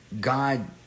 God